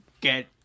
get